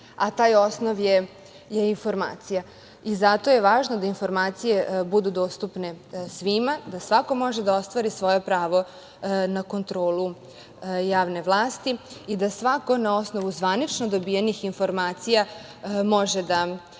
a taj osnov je informacija i zato je važno da informacije budu dostupne svima, da svako može da ostvari svoje pravo na kontrolu javne vlasti i da svako na osnovu zvanično dobijenih informacija može da ocenjuje